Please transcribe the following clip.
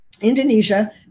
Indonesia